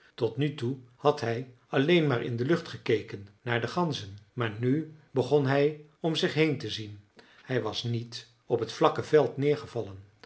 tot nu toe had hij alleen maar in de lucht gekeken naar de ganzen maar nu begon hij om zich heen te zien hij was niet op het vlakke veld